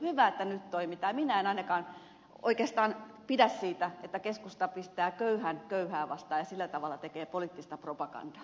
minä en ainakaan oikeastaan pidä siitä että keskusta pistää köyhän köyhää vastaan ja sillä tavalla tekee poliittista propagandaa